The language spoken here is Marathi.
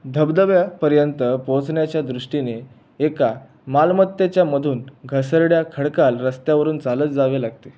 धबधब्यापर्यंत पोहचण्याच्या दृष्टीने एका मालमत्तेच्या मधून घसरड्या खडकाळ रस्त्यावरून चालत जावे लागते